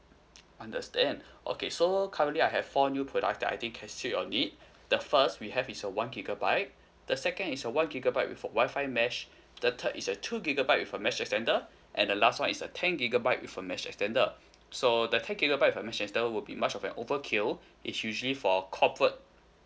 understand okay so currently I have four new products that I think can suit your need the first we have is a one gigabyte the second is a one gigabyte with a Wi-Fi mesh the third is a two gigabyte with a mesh extender and the last one is a ten gigabyte with a mesh extender so the ten gigabyte with a mesh extender would be much of an overkill it's usually for corporate